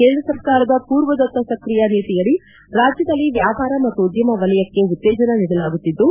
ಕೇಂದ್ರ ಸರ್ಕಾರದ ಪೂರ್ವದತ್ತ ಸಕ್ರಿಯ ನೀತಿಯಡಿ ರಾಜ್ಯದಲ್ಲಿ ವ್ಯಾಪಾರ ಮತ್ತು ಉದ್ಯಮ ವಲಯಕ್ಕೆ ಉತ್ತೇಜನ ನೀಡಲಾಗುತ್ತಿದ್ದು